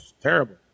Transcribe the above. terrible